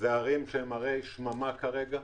אלה ערים שהן ערי שממה כרגע.